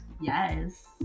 yes